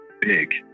big